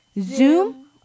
zoom